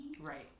Right